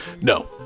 no